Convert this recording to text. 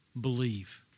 believe